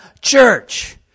church